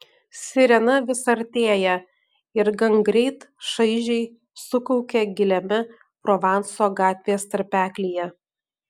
sirena vis artėja ir gangreit šaižiai sukaukia giliame provanso gatvės tarpeklyje